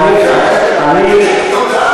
אין לו שיקול דעת?